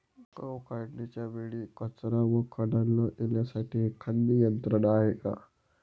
गहू काढणीच्या वेळी कचरा व खडा न येण्यासाठी एखादी यंत्रणा आहे का?